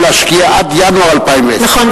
להשקיע את כל הכספים עד ינואר 2010. נכון,